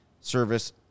service